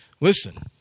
listen